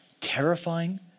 terrifying